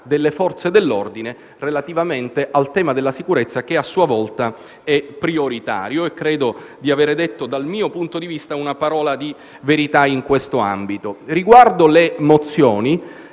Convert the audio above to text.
delle Forze dell'ordine relativamente al tema della sicurezza che, a sua volta, è prioritario. Credo di avere detto, dal mio punto di vista, una parola di verità in questo ambito. Per quanto riguarda le mozioni,